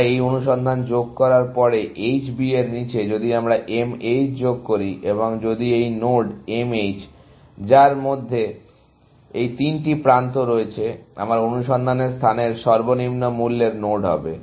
আমরা এই অনুসন্ধান যোগ করার পরে H B এর নীচে যদি আমরা M H যোগ করি এবং যদি এই নোড M H যার মধ্যে এই তিনটি প্রান্ত রয়েছে আমার অনুসন্ধানের স্থানের সর্বনিম্ন মূল্যের নোড হবে